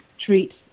treat